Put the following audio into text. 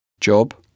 Job